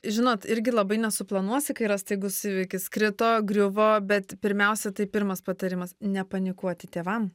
žinot irgi labai nesuplanuosi kai yra staigus įvykis krito griuvo bet pirmiausia tai pirmas patarimas nepanikuoti tėvam